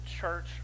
church